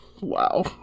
wow